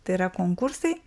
tai yra konkursai